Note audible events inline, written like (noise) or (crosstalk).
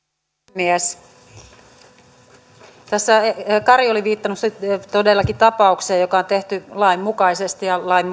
puhemies tässä kari oli viitannut todellakin tapaukseen joka on tehty lain mukaisesti lain (unintelligible)